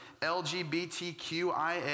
LGBTQIA